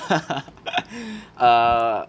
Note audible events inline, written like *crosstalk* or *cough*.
*laughs* err